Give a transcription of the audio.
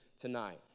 tonight